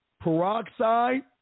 Peroxide